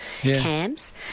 CAMS